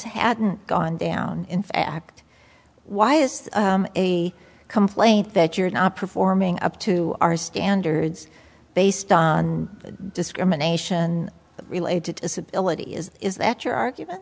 hadn't gone down in fact why is a complaint that you're not performing up to our standards based on discrimination related disability is that your argument